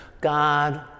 God